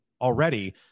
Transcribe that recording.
already